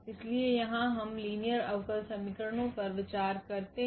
इसलिए यहां हम लीनियर अवकल समीकरणों पर विचार करते हैं